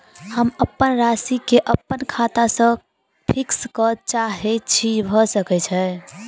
हम अप्पन राशि केँ अप्पन खाता सँ फिक्स करऽ चाहै छी भऽ सकै छै?